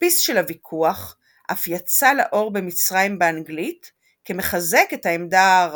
תדפיס של הוויכוח אף יצא לאור במצרים באנגלית כמחזק את העמדה הערבית.